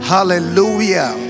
Hallelujah